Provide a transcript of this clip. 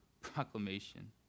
proclamation